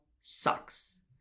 sucks